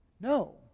No